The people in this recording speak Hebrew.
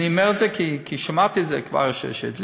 אני אומר את זה כי שמעתי כבר שהדליפו.